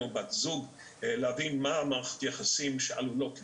או בת זוג מה מערכות היחסים שעלולות לקרוס,